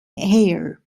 heir